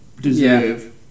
deserve